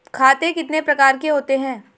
खाते कितने प्रकार के होते हैं?